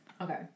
Okay